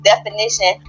definition